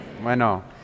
Bueno